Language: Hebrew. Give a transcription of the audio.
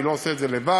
אני לא עושה את זה לבד.